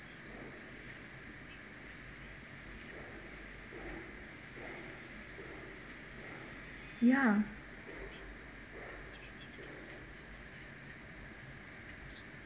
ya